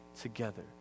together